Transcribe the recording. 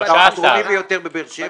הדרומי ביותר בבאר שבע?